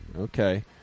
Okay